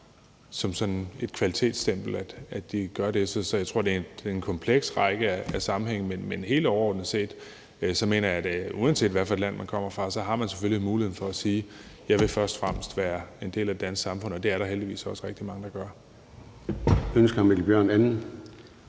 som sådan et kvalitetsstempel, at de gør det. Så jeg tror, det er en række af komplekse sammenhænge. Men helt overordnet set mener jeg, at uanset hvad for et land man kommer fra, har man selvfølgelig muligheden for at sige: Jeg vil først og fremmest være en del af det danske samfund. Det er der heldigvis også rigtig mange der gør.